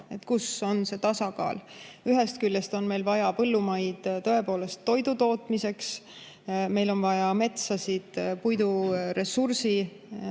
kus on tasakaal. Ühest küljest on meil vaja põllumaid toidutootmiseks, meil on vaja metsasid puiduressursi